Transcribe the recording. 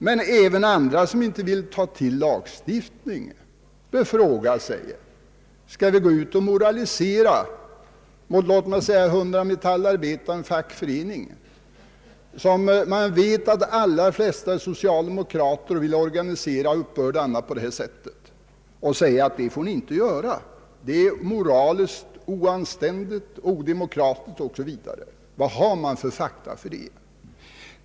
Men även de som inte vill ta till en lagstiftning bör fråga sig: Skall vi gå ut och moralisera och förbjuda låt oss säga 100 metallarbetare i en fackförening, av vilka man vet att de allra flesta är socialdemokrater, att organisera sig på det här sättet? Skulle man påstå att det är omoraliskt, oanständigt och odemokratiskt? Vad har man för fakta bakom det?